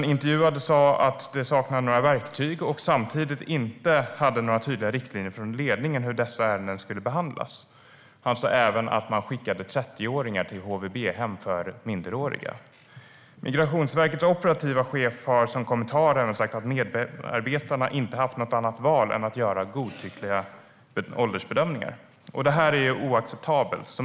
Den intervjuade sa att det saknas verktyg och inte fanns några tydliga riktlinjer från ledningen om hur dessa ärenden skulle behandlas, alltså även att man skickar 30åringar till HVB-hem för minderåriga. Migrationsverkets operativa chef har som kommentar sagt att medarbetarna inte har haft något annat val än att göra godtyckliga åldersbedömningar. Detta är oacceptabelt.